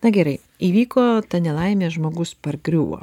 na gerai įvyko ta nelaimė žmogus pargriūvo